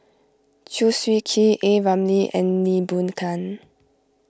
Chew Swee Kee A Ramli and Lee Boon Ngan